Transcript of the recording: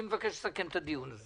רבותיי, אני מבקש לסכם את הדיון.